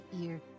ear